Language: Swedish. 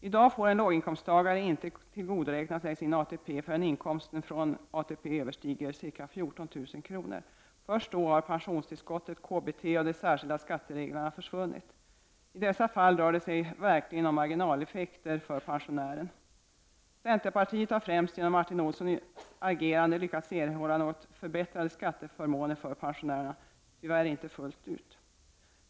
I dag får en låginkomsttagare inte tillgodoräkna sig sin ATP förrän inkomsten från ATP överstiger ca 14000 kr. Först då har pensionstillskottet, KBT och de särskilda skattereglerna försvunnit. I dessa fall rör det sig verkligen om marginaleffekter för pensionären. Centerpartiet har främst genom Martin Olssons agerande lyckats erhålla något förbättrade skatteförmåner för pensionärerna — tyvärr inte fullt ut.